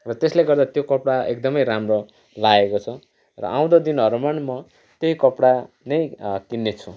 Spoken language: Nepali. र त्यसले गर्दा त्यो कपडा एकदमै राम्रो लागेको छ र आउँदो दिनहरूमा पनि म त्यही कपडा नै किन्नेछु